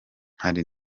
hari